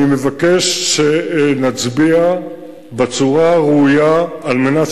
אני מבקש שנצביע בצורה הראויה על מנת